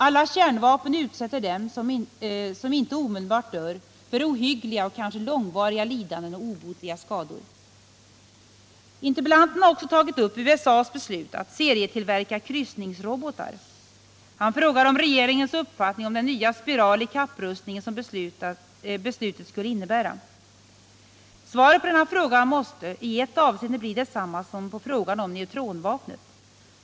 Alla kärnvapen utsätter dem som inte omedelbart dör för ohyggliga och kanske långvariga lidanden och obotliga skador. Interpellanten har också tagit upp USA:s beslut att serietillverka kryssningsrobotar. Han frågar om regeringens uppfattning om ”den nya spiral i kapprustningen” som beslutet skulle innebära. Svaret på denna fråga måste i ett avseende bli detsamma som på frågan om neutronvapnet.